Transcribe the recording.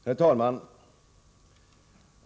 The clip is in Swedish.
Herr talman!